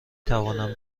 توانم